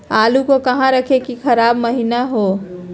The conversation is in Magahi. आलू को कहां रखे की खराब महिना हो?